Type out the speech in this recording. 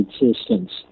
existence